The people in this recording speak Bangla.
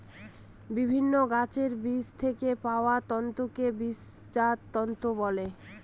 বিভিন্ন গাছের বীজ থেকে পাওয়া তন্তুকে বীজজাত তন্তু বলে